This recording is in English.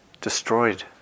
destroyed